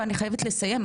ואני חייבת לסיים,